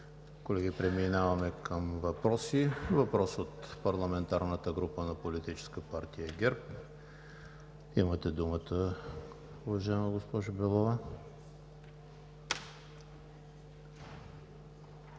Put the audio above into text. Колеги, преминаваме към въпроси. Въпрос от парламентарната група на Политическа партия ГЕРБ. Имате думата, уважаема госпожо Белова.